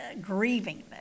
grieving